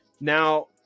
Now